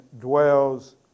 dwells